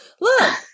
Look